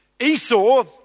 Esau